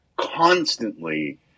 constantly